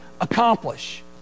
accomplish